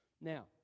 Now